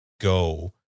go